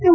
L